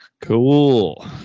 Cool